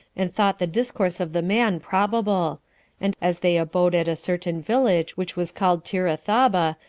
and thought the discourse of the man probable and as they abode at a certain village, which was called tirathaba,